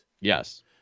Yes